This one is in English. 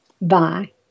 Bye